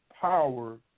power